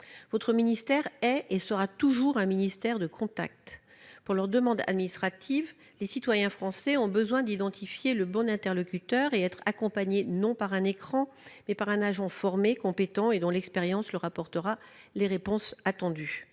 Votre ministère est et sera toujours un ministère de contact. Pour leurs démarches administratives, les citoyens français ont besoin d'identifier le bon interlocuteur et d'être accompagnés, non par un écran, mais par un agent formé, compétent et dont l'expérience leur apportera les réponses attendues.